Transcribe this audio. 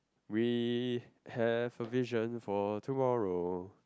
we have a vision for tomorrow